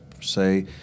say